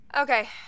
Okay